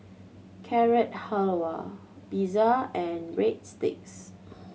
Carrot Halwa Pizza and Breadsticks